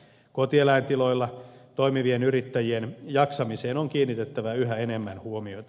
kotieläintiloilla toimivien yrittäjien jaksamiseen on kiinnitettävä yhä enemmän huomiota